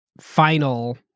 final